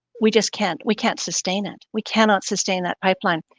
we just can't we can't sustain it. we cannot sustain that pipeline.